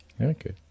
Okay